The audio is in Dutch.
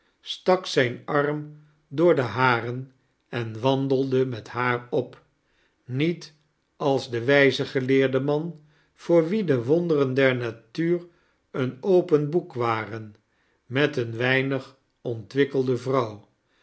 stak zija arm do'or deii harea en waadelde met haar op niet als de wq'ze geleerde man voor wien de wonderen der hatuur een open boek waxen met eeh weinig ontwikkelde vrouw